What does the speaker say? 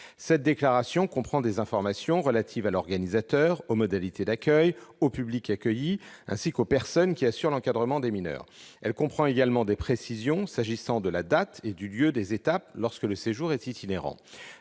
Cette déclaration comprend des informations relatives à l'organisateur, aux modalités d'accueil, au public accueilli ainsi qu'aux personnes qui assurent l'encadrement des mineurs. Elle comprend également des précisions s'agissant de la date et du lieu des étapes lorsque le séjour est itinérant.